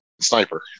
Sniper